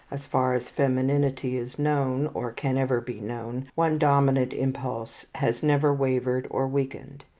as far as feminity is known, or can ever be known, one dominant impulse has never wavered or weakened.